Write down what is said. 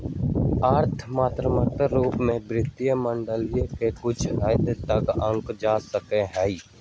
अर्थ मात्रात्मक रूप से वित्तीय मॉडलिंग के कुछ हद तक आंका जा सका हई